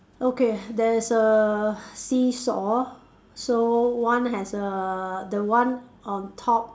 okay there's a seesaw so one has a the one on top